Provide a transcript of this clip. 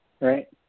right